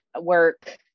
work